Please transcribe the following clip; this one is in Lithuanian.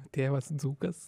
tėvas dzūkas